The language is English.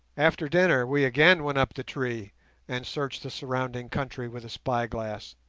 after dinner we again went up the tree and searched the surrounding country with a spyglass,